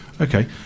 Okay